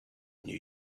new